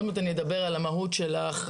עוד מעט אני אדבר על המהות של ההכרזה,